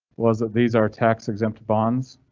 was that these are tax exempt bonds.